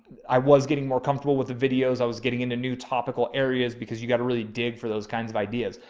i was getting more comfortable with the videos i was getting into new topical areas because you got to really dig for those kinds of ideas.